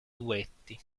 duetti